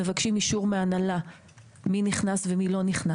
שמבקשים אישור מההנהלה באשר למי נכנס בשער ומי לא,